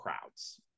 crowds